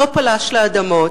לא פלש לאדמות,